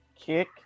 kick